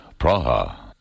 Praha